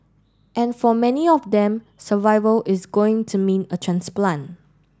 and for many of them survival is going to mean a transplant